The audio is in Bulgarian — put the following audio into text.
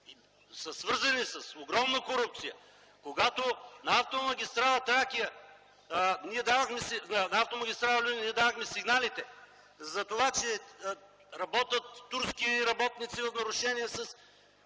са свързани с огромна корупция. Когато на автомагистрала „Люлин” ние давахме сигналите за това, че работят турски работници в нарушение